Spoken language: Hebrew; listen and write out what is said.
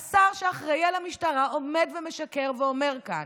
השר שאחראי למשטרה עומד ומשקר ואומר כאן: